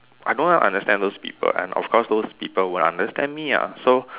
I don't understand those people and of course those people won't understand me ah so